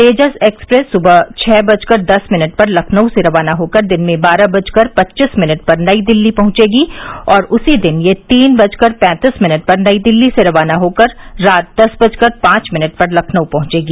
तेजस express सुवह छः बजकर दस मिनट पर लखनऊ से रवाना होकर दिन में बारह बजकर पच्चीस मिनट पर नई दिल्ली पहंचेगी और उसी दिन यह तीन बजकर पैंतीस मिनट पर नई दिल्ली से रवाना होकर रात दस बजकर पांच मिनट पर लखनऊ पहंचेगी